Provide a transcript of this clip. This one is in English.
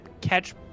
catch